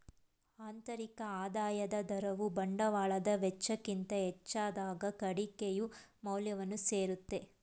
ಆಂತರಿಕ ಆದಾಯದ ದರವು ಬಂಡವಾಳದ ವೆಚ್ಚಕ್ಕಿಂತ ಹೆಚ್ಚಾದಾಗ ಕುಡಿಕೆಯ ಮೌಲ್ಯವನ್ನು ಸೇರುತ್ತೆ